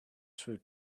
through